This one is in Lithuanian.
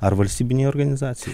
ar valstybinei organizacijai